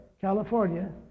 California